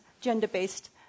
gender-based